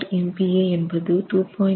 4MPa என்பது 2